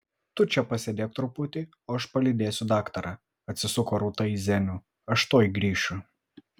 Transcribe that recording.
tu čia pasėdėk truputį o aš palydėsiu daktarą atsisuko rūta į zenių aš tuoj grįšiu